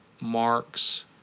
marks